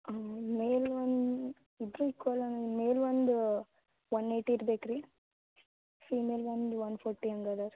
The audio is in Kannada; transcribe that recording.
ಮೇಲ್ ಒನ್ ಇಬ್ಬರು ಈಕ್ವಲ್ ಹಂಗೆ ಮೇಲ್ ಒಂದು ಒನ್ ಏಯ್ಟಿ ಇರ್ಬೇಕು ರೀ ಫೀಮೇಲ್ ಒಂದು ಒನ್ ಫಾರ್ಟಿ ಹಂಗೆ ಅದಾ ರೀ